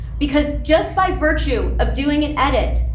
because just by virtue of doing an edit,